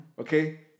okay